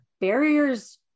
barriers